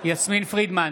יסמין פרידמן,